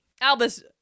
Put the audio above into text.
Albus